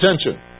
attention